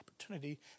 opportunity